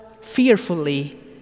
fearfully